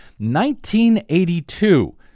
1982